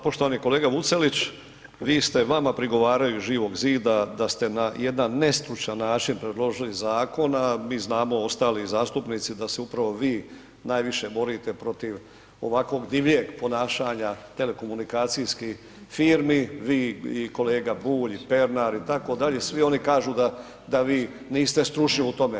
Poštovani kolega Vucelić, vi ste, vama prigovaraju iz Živog zida da ste na jedan nestručan način predložili zakon, a mi znamo ostali zastupnici da se upravo vi najviše borite protiv ovakvog divljeg ponašanja telekomunikacijskih firmi, vi i kolega Bulj i Pernar itd., svi oni kažu da, da vi niste stručni u tome.